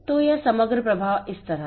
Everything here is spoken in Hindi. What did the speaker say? तो यह समग्र प्रवाह इस तरह है